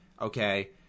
okay